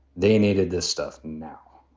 they needed this stuff now.